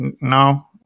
no